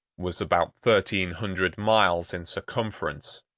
was about thirteen hundred miles in circumference.